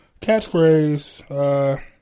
catchphrase